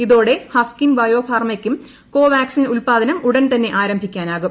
ഇതോടെ ഹഫ്കിൻ ബയോഫാർമയ്ക്കും കോവാക്സിൻ ഉൽപാദനം ഉടൻ തന്നെ ആരംഭിക്കാനാകും